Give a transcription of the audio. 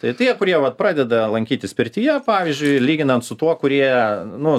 tai tie kurie vat pradeda lankytis pirtyje pavyzdžiui lyginant su tuo kurie nu